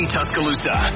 Tuscaloosa